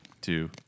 two